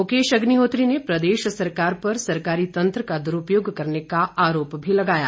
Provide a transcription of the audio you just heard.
मुकेश अग्निहोत्री ने प्रदेश सरकार पर सरकारी तंत्र का दुरूपयोग करने का आरोप लगाया है